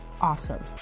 awesome